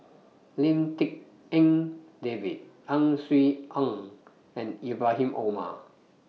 Lim Tik En David Ang Swee Aun and Ibrahim Omar